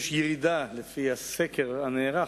יש ירידה, לפי הסקר הנערך,